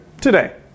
today